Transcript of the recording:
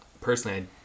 personally